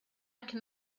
can